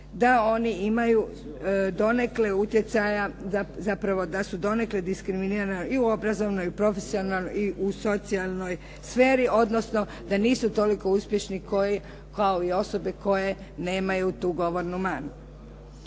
da oni imaju donekle utjecaja, zapravo da su donekle diskriminirani i u obrazovnoj, profesionalnoj i socijalnoj sferi odnosno da nisu toliko uspješni kao i osobe koje nemaju tu govornu manu.